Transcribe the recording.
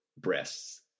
breasts